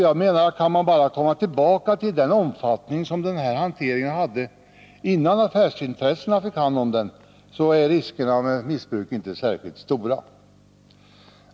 Jag menar att om man bara kan komma tillbaka till den omfattning som den här hanteringen hade innan den blev föremål för affärsintressen, är riskerna för missbruk inte särskilt stora.